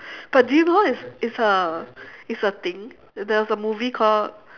but do you know it's it's a it's a thing there was a movie called